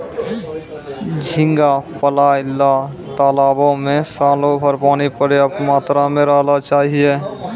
झींगा पालय ल तालाबो में सालोभर पानी पर्याप्त मात्रा में रहना चाहियो